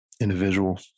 individual